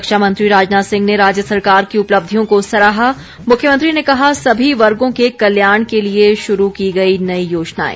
रक्षा मंत्री राजनाथ सिंह ने राज्य सरकार की उपलब्धियों को सराहा मुख्यमंत्री ने कहा सभी वर्गों के कल्याण के लिए शुरू कीं गई नई योजनाएं